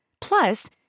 Plus